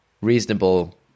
reasonable